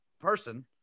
person